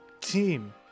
team